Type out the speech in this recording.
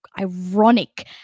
ironic